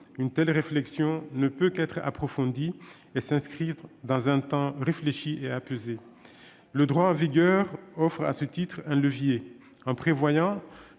une telle réflexion ne peut qu'être approfondie et s'inscrire dans un temps réfléchi et apaisé. Le droit en vigueur offre à ce titre un levier, en prévoyant